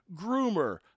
groomer